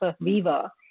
Viva